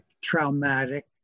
traumatic